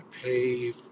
pay